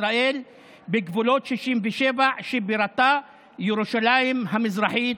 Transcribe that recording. ישראל בגבולות 67' שבירתה ירושלים המזרחית,